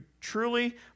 truly